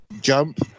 jump